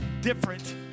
different